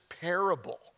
parable